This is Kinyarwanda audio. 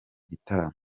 gitaramo